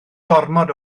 gormod